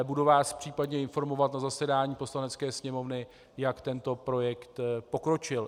Budu vás případně informovat na zasedání Poslanecké sněmovny, jak tento projekt pokročil.